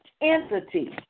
entity